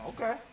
Okay